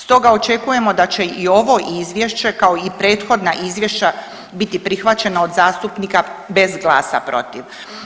Stoga očekujemo da će i ovo izvješće kao i prethodna izvješća biti prihvaćeno od zastupnika bez glasa protiv.